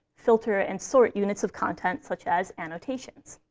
filter, and sort units of content, such as annotations.